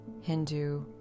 Hindu